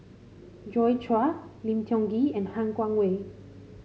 Joi Chua Lim Tiong Ghee and Han Guangwei